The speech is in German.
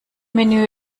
menü